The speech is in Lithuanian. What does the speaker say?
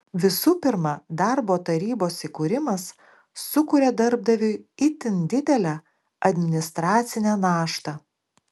visų pirma darbo tarybos įkūrimas sukuria darbdaviui itin didelę administracinę naštą